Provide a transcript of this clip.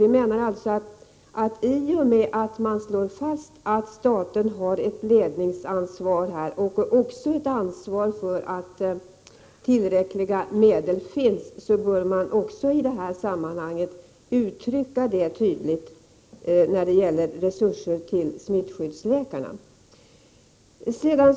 Vi menar att i och med att man slår fast att staten har ett ledningsansvar och ett ansvar för att tillräckliga medel finns, bör man i det sammanhanget också uttrycka det tydligt när det gäller resurser till smitt Prot. 1988/89:44 skyddsläkarna.